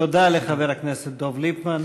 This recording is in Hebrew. תודה לחבר הכנסת דב ליפמן.